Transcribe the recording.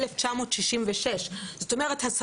זה לא תמיד פשוט כי לפעמים הנימוק עצמו מספר את הסוד